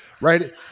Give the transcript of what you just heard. right